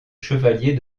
chevalier